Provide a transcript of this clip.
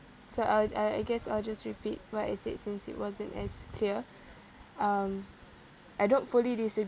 so I'll uh I guess I'll just repeat what I said since it wasn't as clear um I don't fully disagree